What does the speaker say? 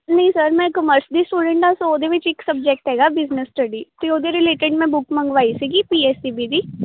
ਨਹੀਂ ਸਰ ਮੈਂ ਕਮਰਸ ਦੀ ਸਟੂਡੈਂਟ ਹਾਂ ਸੋ ਉਹਦੇ ਵਿੱਚ ਇੱਕ ਸਬਜੈਕਟ ਹੈਗਾ ਬਿਜ਼ਨਸ ਸਟੱਡੀ ਅਤੇ ਉਹਦੇ ਰਿਲੇਟਡ ਮੈਂ ਬੁੱਕ ਮੰਗਵਾਈ ਸੀਗੀ ਪੀ ਐੱਸ ਈ ਬੀ ਦੀ